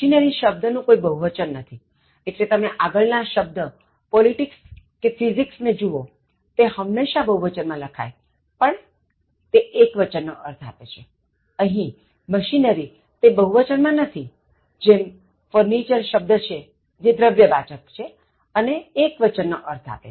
machinery શબ્દ નું કોઇ બહુવચન નથી એટલે તમે આગળ ના શબ્દ politics કે Physics ને જુવોતે હંમેશા બહુવચન માં લખાય છેપણ તે એક્વચન નો અર્થ આપે છેઅહીં મશીનરી તે બહુવચન માં નથીજેમ furniture શબ્દ છે જે દ્રવ્યવાચક છેઅને એક્વચનનો અર્થ આપે છે